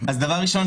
דבר ראשון,